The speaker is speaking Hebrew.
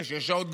יש עוד גברים?